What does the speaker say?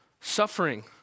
suffering